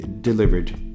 delivered